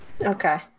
Okay